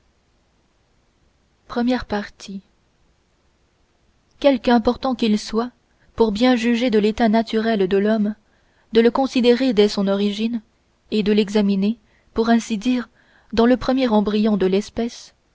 premiere partie quelque important qu'il soit pour bien juger de l'état naturel de l'homme de le considérer dès son origine et de l'examiner pour ainsi dire dans le premier embryon de l'espèce